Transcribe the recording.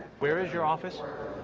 where is your office?